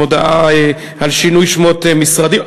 עם הודעה על שינוי שמות משרדים,